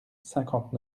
cinquante